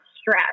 stress